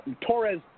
Torres